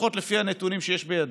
לפחות לפי הנתונים שיש בידי,